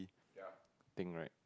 thing right